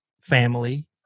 family